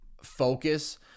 focus